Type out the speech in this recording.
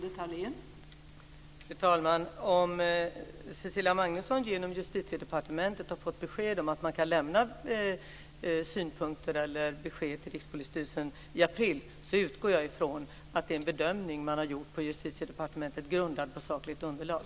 Fru talman! Om Cecilia Magnusson genom Justitiedepartementet har fått besked om att departementet kan ge besked till Rikspolisstyrelsen i april så utgår jag ifrån att det är en bedömning som man har gjort på Justitiedepartementet som är grundad på sakligt underlag.